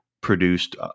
produced